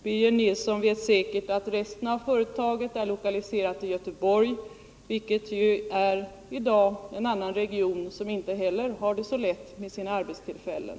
Birger Nilsson vet säkert att resten av företaget är lokaliserat till Göteborg, som är en annan region som i dag inte heller har det så lätt med sina arbetstillfällen.